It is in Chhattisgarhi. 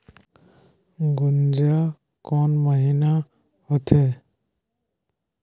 गुनजा कोन महीना होथे?